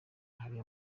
hari